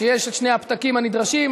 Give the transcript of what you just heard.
שיש שני הפתקים הנדרשים,